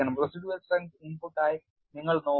Residual strength ഇൻപുട്ടായി നിങ്ങൾ നോക്കി